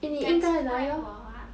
你改次带我 ah